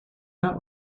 not